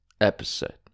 episode